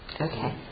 okay